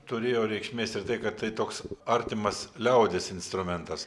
turėjo reikšmės ir tai kad tai toks artimas liaudies instrumentas